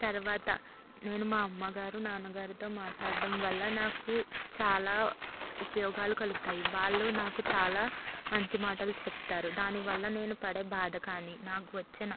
తర్వాత నేను మా అమ్మగారు నాన్నగారితో మాట్లాడడం వల్ల నాకు చాలా ఉపయోగాలు కలుగుతాయి వాళ్ళు నాకు చాలా మంచి మాటలు చెప్తారు దాని వల్ల నేను పడే బాధ కాని నాకు వచ్చిన